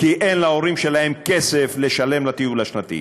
כי אין להורים שלהם כסף לשלם לטיול השנתי.